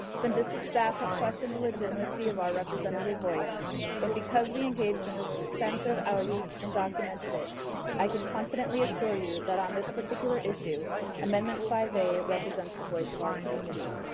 some district staff have questioned the legitimacy of our representative voice but because we engaged in this extensive outreach and documented it i can confidently assure you that on this particular issue amendment five a represents the voice of our community.